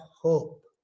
hope